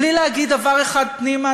בלי להגיד דבר אחד פנימה,